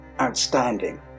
outstanding